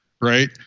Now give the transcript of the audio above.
right